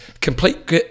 complete